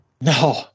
No